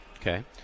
Okay